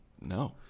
no